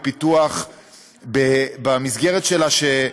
פיתוח, שבמסגרת שלה,